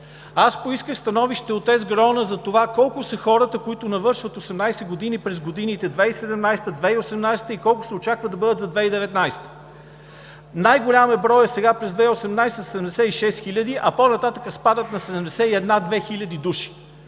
Аз поисках становище от ЕСГРАОН колко са хората, които навършват 18 години през годините – 2017 г., 2018 г., и колко се очаква да бъдат за 2019 г.? Най-голям е броят сега през 2018 г. – 76 хиляди, а по-нататък спадат на 71 – 72 хиляди души.